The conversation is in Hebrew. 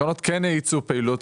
הקרנות כן ייצאו פעילות